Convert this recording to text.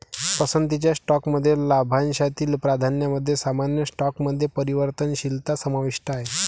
पसंतीच्या स्टॉकमध्ये लाभांशातील प्राधान्यामध्ये सामान्य स्टॉकमध्ये परिवर्तनशीलता समाविष्ट आहे